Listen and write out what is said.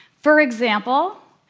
for example,